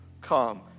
come